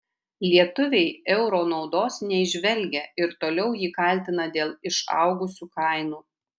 lietuviai euro naudos neįžvelgia ir toliau jį kaltina dėl išaugusių kainų